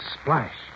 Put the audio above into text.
splash